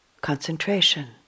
concentration